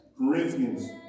Corinthians